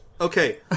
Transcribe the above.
Okay